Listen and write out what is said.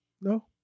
No